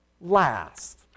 last